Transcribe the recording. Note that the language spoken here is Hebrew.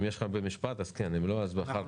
אם אתה יכול במשפט אז כן, אם לא אז אחר כך.